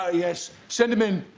ah yes. send um and